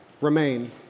Remain